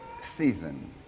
season